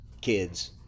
kids